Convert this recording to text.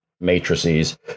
matrices